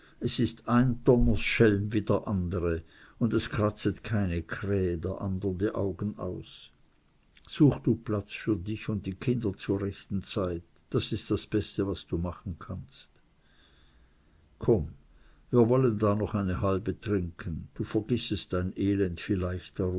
es ist ein donnersschelm wie der andere und es kratzet keine krähe der andern die augen aus such du platz für dich und deine kinder zur rechten zeit das ist das beste was du machen kannst komm wir wollen da noch eine halbe trinken du vergissest dein elend vielleicht